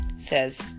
says